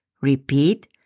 Repeat